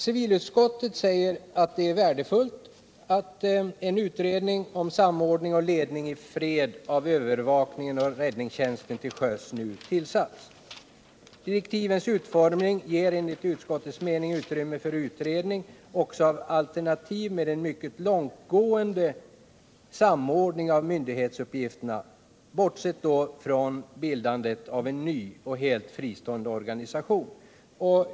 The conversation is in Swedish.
Civilutskottet säger att det är värdefullt att en utredning om samordning och ledning i fred av övervakningen och räddningstjänsten till sjöss nu tillsatts. Direktivens utformning ger enligt utskottets mening utrymme för utredning också av alternativ med mycket långtgående samordning av myndighetsuppgifterna, bortsett då från bildandet av en ny och helt fristående organisation.